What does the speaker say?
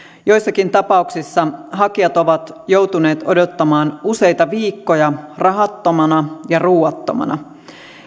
joissakin tapauksissa hakijat ovat joutuneet odottamaan useita viikkoja rahattomana ja ruoattomana